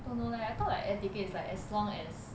don't know leh I thought like air ticket is like as long as